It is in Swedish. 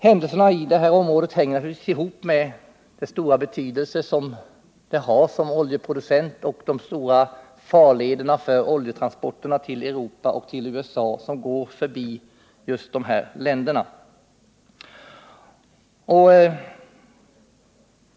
Händelserna i området hänger naturligtvis ihop med den stora betydelse som området har som oljeproducent och med de stora farlederna för oljetransporterna till Europa och USA som går förbi just de här länderna.